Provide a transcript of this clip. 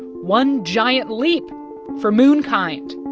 one giant leap for moonkind.